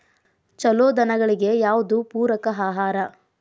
ಛಲೋ ದನಗಳಿಗೆ ಯಾವ್ದು ಪೂರಕ ಆಹಾರ?